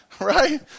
Right